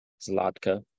Zlatka